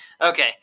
Okay